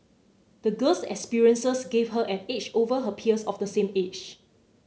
the girl's experiences gave her an edge over her peers of the same age